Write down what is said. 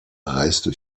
reste